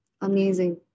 Amazing